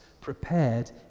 prepared